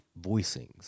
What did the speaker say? voicings